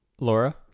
laura